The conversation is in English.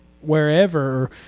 wherever